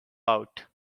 out